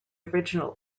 original